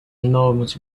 enormous